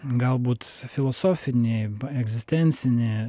galbūt filosofinį egzistencinį